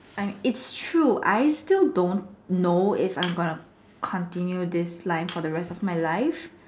I mean it's true I still don't know if I'm going to continue this line for the rest of my life